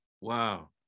Wow